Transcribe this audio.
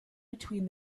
between